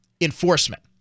enforcement